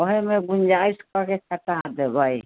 ओहेमे गुंजाइस कऽ के कटा देबै